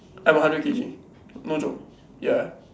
I'm a hundred K_G no joke ya